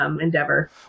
Endeavor